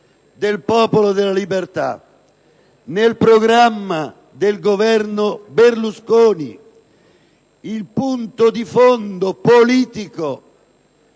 del Popolo della Libertà, nel programma del Governo Berlusconi, il punto di fondo politico,